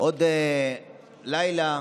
עוד לילה,